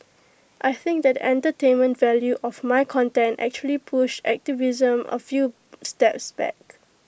I think that entertainment value of my content actually pushed activism A few steps back